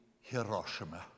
Hiroshima